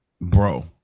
bro